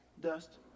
dust